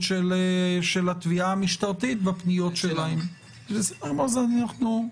של התביעה המשטרתית בנושאים שהעלינו.